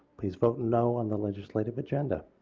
please vote no on the legislative agenda.